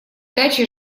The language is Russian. даче